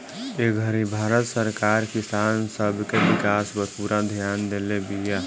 ए घड़ी भारत सरकार किसान सब के विकास पर पूरा ध्यान देले बिया